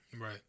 Right